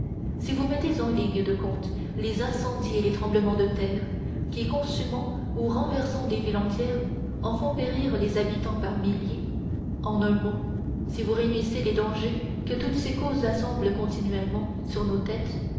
si vous mettez en ligne de compte les incendies et les tremblements de terre qui consumant ou renversant des villes entières en font périr les habitants par milliers en un mot si vous réunissez les dangers que toutes ces causes assemblent continuellement sur nos têtes